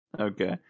Okay